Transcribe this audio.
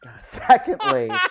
Secondly